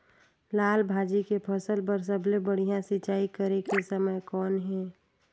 लाल भाजी के फसल बर सबले बढ़िया सिंचाई करे के समय कौन हे?